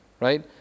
right